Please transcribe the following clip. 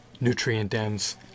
nutrient-dense